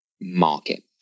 market